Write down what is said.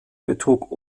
betrug